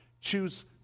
Choose